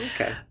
Okay